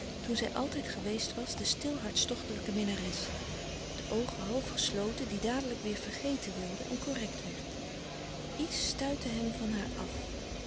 toen zij altijd geweest was de stil hartstochtelijke minnares de oogen half gesloten die dadelijk weêr vergeten wilde en correct werd iets stuitte hem van haar af